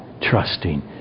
trusting